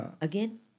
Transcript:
Again